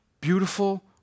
beautiful